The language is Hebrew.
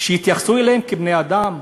שיתייחסו אליהם כבני-אדם?